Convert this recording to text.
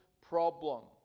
problem